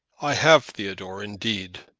i have, theodore, indeed.